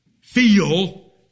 feel